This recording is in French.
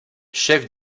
chef